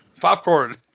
popcorn